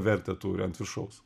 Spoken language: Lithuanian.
vertę turi ant viršaus